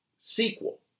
sequel